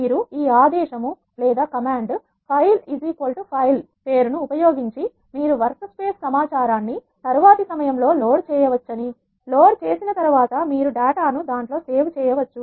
మీరు ఈ ఆదేశం ఫైల్ ఫైల్ పేరుfilefile name ను ఉపయోగించి మీరు వర్క్ స్పేస్ సమాచారాన్ని తరువాతి సమయంలో లోడ్ చేయవచ్చని లోడ్ చేసిన తర్వాత మీరు డేటాను దాంట్లో సేవ్ చేయవచ్చు